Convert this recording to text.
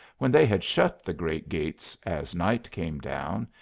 when they had shut the great gates as night came down,